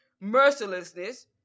Mercilessness